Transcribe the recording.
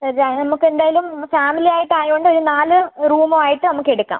അത് നമ്മൾക്ക് എന്തായാലും ഫാമിലി ആയിട്ട് ആയത് കൊണ്ട് ഒരു നാല് റൂമ് ആയിട്ട് നമ്മൾക്ക് എടുക്കാം